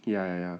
ya ya